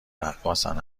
رقاصن